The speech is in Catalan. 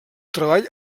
treball